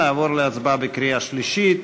נעבור להצבעה בקריאה שלישית.